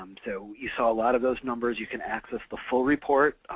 um so, you saw a lot of those numbers. you can access the full report,